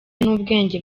n’ubwenge